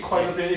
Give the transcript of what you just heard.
yes